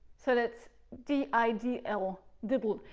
so that's d i d l, did'l.